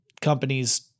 companies